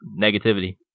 negativity